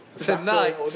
Tonight